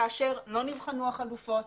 כאשר לא נבחנו החלופות,